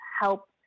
help